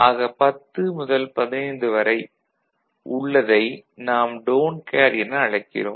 ஆக 10 முதல் 15 வரை உள்ளதை நாம் டோன்ட் கேர் என அழைக்கிறோம்